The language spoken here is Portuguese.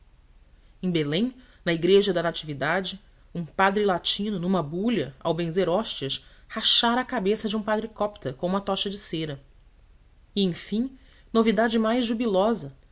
em betlém na igreja da natividade um padre latino numa bulha ao benzer hóstias rachara a cabeça de um padre copta com uma tocha de cera e enfim novidade mais jubilosa